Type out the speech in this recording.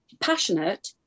passionate